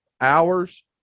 hours